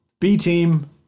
B-Team